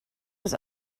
was